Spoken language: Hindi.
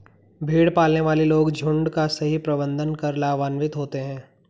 भेड़ पालने वाले लोग झुंड का सही प्रबंधन कर लाभान्वित होते हैं